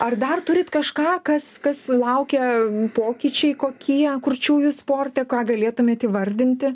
ar dar turit kažką kas kas laukia pokyčiai kokie kurčiųjų sporte ką galėtumėt įvardinti